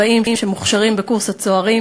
הדיפלומטים הבאים שמוכשרים בקורס הצוערים